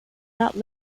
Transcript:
not